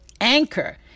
Anchor